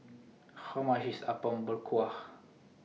How much IS Apom Berkuah